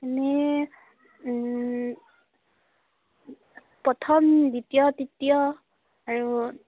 এনেই প্ৰথম দ্বিতীয় তৃতীয় আৰু